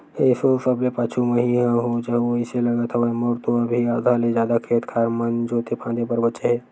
एसो सबले पाछू मही ह हो जाहूँ अइसे लगत हवय, मोर तो अभी आधा ले जादा खेत खार मन जोंते फांदे बर बचें हे